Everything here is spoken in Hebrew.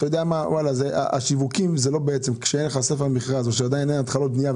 כשאין לך ספר מכרז או שעדיין אין התחלות בנייה,